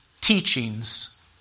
teachings